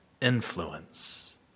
Influence